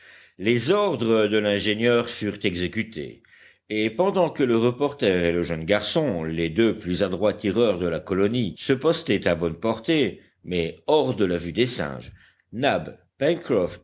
les ordres de l'ingénieur furent exécutés et pendant que le reporter et le jeune garçon les deux plus adroits tireurs de la colonie se postaient à bonne portée mais hors de la vue des singes nab